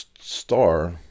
star